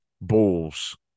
Bulls